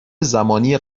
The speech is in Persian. زمانی